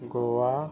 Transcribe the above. Goa